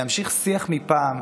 להמשיך שיח מפעם,